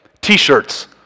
t-shirts